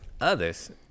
others